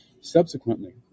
Subsequently